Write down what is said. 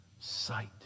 sight